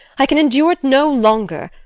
i can endure it no longer.